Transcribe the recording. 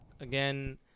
Again